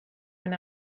when